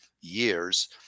years